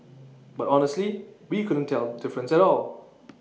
but honestly we couldn't tell difference at all